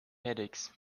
headaches